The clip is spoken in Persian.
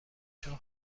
چون